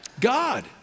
God